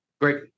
Great